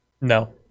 No